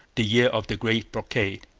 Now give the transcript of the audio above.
the year of the great blockade.